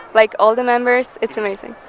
like, all the members. it's amazing.